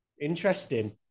Interesting